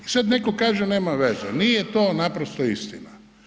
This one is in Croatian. I sad neko kaže nema veze, nije to naprosto istina.